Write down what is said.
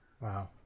Wow